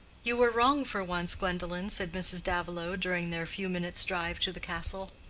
you were wrong for once, gwendolen, said mrs. davilow, during their few minutes' drive to the castle.